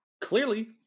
Clearly